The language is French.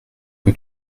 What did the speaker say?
que